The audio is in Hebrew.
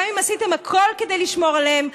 גם אם עשיתם הכול כדי לשמור עליהן.